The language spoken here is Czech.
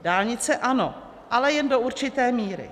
Dálnice ano, ale jen do určité míry.